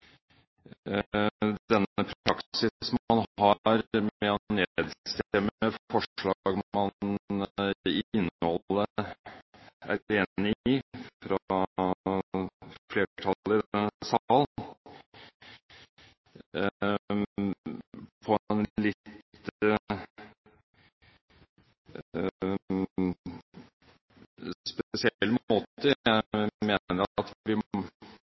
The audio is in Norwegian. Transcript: denne praksis man har med å nedstemme forslag man i innholdet er enig i, fra flertallet i denne sal, på en litt spesiell måte. Jeg mener at vi i større grad må